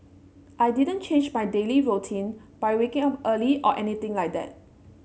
I didn't change my daily routine by waking up early or anything like that